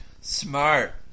Smart